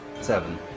Seven